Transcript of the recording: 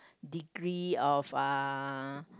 degree of uh